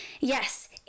Yes